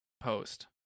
post